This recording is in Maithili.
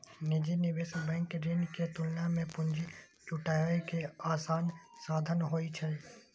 निजी निवेश बैंक ऋण के तुलना मे पूंजी जुटाबै के आसान साधन होइ छै